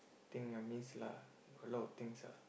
thing I miss lah a lot of things ah